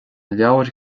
leabhair